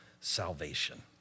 salvation